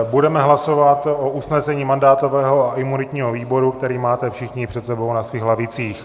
Budeme hlasovat o usnesení mandátového a imunitního výboru, které máte všichni před sebou na svých lavicích.